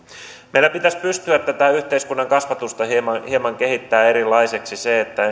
meidän pitäisi pystyä tätä yhteiskunnan kasvatusta hieman hieman kehittämään erilaiseksi että